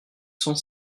cent